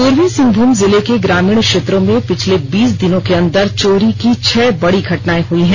पूर्वी सिंहभूम जिले के ग्रामीण क्षेत्रों में पिछले बीस दिनों के अंदर चोरी की छह बड़ी घटनाए हुई हैं